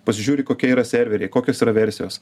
pasižiūri kokie yra serveriai kokios yra versijos